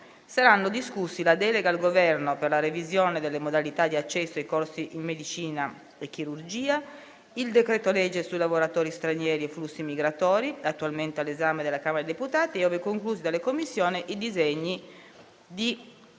saranno discussi la delega al Governo per la revisione delle modalità di accesso ai corsi in medicina e chirurgia, il decreto-legge su lavoratori stranieri e flussi migratori, attualmente all'esame della Camera dei deputati, e, ove conclusi dalle Commissioni, i disegni di